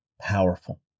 powerful